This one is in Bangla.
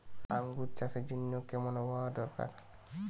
আঙ্গুর চাষের জন্য কেমন আবহাওয়া দরকার?